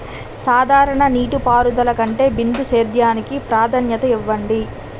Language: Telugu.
సాధారణ నీటిపారుదల కంటే బిందు సేద్యానికి ప్రాధాన్యత ఇవ్వండి